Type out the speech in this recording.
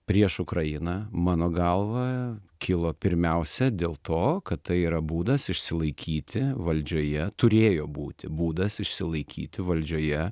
prieš ukrainą mano galva kilo pirmiausia dėl to kad tai yra būdas išsilaikyti valdžioje turėjo būti būdas išsilaikyti valdžioje